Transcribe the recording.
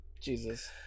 Jesus